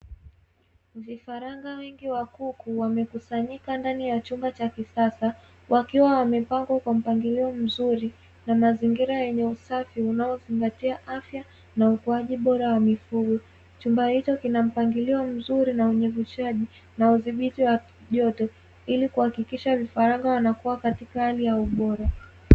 Vifaranga wengi wa kuku wamekusanyika ndani ya chumba cha kisasa, wakiwa wamepangwa kwa mpangilio mzuri na mazingira yenye usafi unaozingatia afya na ukuaji bora wa mifugo. Chumba hicho kina mpangilio mzuri na unyevushaji, na udhibiti wa joto ili kuhakikisha vifaranga wanakua katika hali ya ubora.